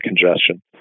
congestion